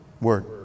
word